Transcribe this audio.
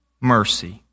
mercy